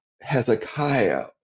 Hezekiah